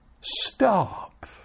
stop